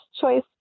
choice